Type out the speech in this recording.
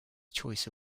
choice